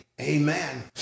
amen